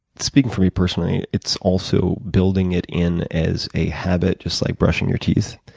speaking for me, personally, it's also building it in as a habit just like brushing your teeth